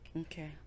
Okay